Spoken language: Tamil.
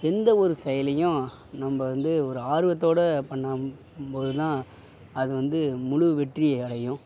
எந்த ஒரு செயலையும் நம்ம வந்து ஒரு ஆர்வத்தோடு பண்ணும்போது தான் அது வந்து முழு வெற்றியை அடையும்